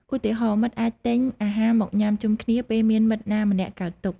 ឧទាហរណ៍ មិត្តអាចទិញអាហារមកញុាំជុំគ្នាពេលមានមិត្តណាម្នាក់កើតទុក្ខ។